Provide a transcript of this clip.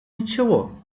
ничего